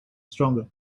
stronger